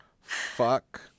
Fuck